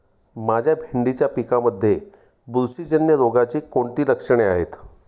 माझ्या भेंडीच्या पिकामध्ये बुरशीजन्य रोगाची लक्षणे कोणती आहेत?